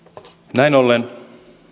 näin ollen